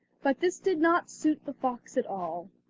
but this did not suit the fox at all.